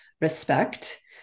respect